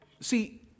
See